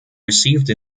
received